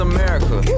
America